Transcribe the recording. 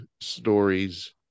stories